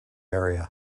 area